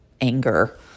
anger